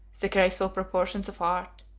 the graceful proportions of art,